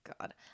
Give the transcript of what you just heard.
God